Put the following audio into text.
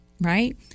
right